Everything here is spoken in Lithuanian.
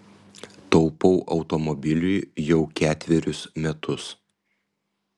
taupau automobiliui jau ketverius metus